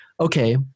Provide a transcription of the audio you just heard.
okay